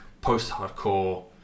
post-hardcore